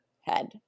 head